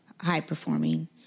high-performing